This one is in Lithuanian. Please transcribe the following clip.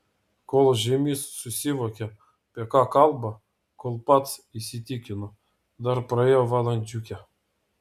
kol žeimys susivokė apie ką kalba kol pats įsitikino dar praėjo valandžiukė